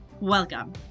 Welcome